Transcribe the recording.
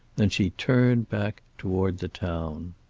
then she turned back toward the town.